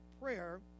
prayer